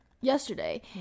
yesterday